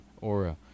Aura